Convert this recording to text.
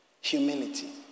Humility